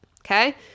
Okay